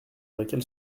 laquelle